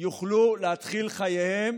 יוכלו להתחיל את חייהם